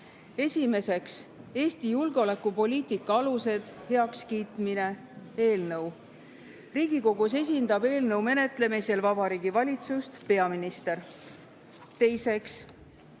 Esimeseks, ""Eesti julgeolekupoliitika alused" heakskiitmine" eelnõu. Riigikogus esindab eelnõu menetlemisel Vabariigi Valitsust peaminister. Teiseks,